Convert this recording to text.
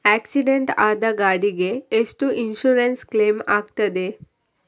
Accident ಆದ ಗಾಡಿಗೆ ಎಷ್ಟು ಇನ್ಸೂರೆನ್ಸ್ ಕ್ಲೇಮ್ ಆಗ್ತದೆ?